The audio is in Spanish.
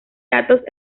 datos